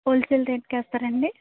wholesale రేట్కే వేస్తారా అండి